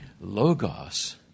Logos